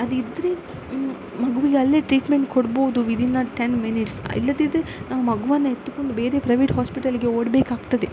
ಅದು ಇದ್ದರೆ ಮಗುವಿಗೆ ಅಲ್ಲೇ ಟ್ರೀಟ್ಮೆಂಟ್ ಕೊಡ್ಬೋದು ವಿದಿನ್ ಅ ಟೆನ್ ಮಿನಿಟ್ಸ್ ಇಲ್ಲದಿದ್ದರೆ ನಾವು ಮಗುವನ್ನು ಎತ್ತಿಕೊಂಡು ಬೇರೆ ಪ್ರೈವೇಟ್ ಹಾಸ್ಪಿಟಲಿಗೆ ಓಡಬೇಕಾಗ್ತದೆ